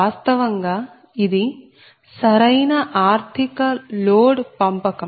వాస్తవంగా ఇది సరైన ఆర్ధిక లోడ్ పంపకం